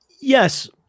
Yes